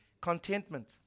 contentment